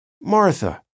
Martha